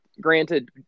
Granted